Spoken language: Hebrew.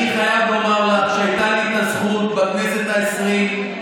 אני חייב לומר לך שהייתה לי הזכות בכנסת העשרים,